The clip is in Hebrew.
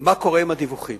מה קורה עם הדיווחים,